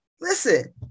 Listen